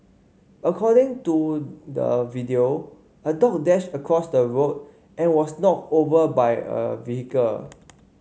according to the video a dog dashed across the road and was knocked over by a vehicle